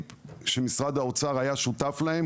שמשרד האוצר היה שותף להם